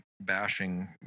bashing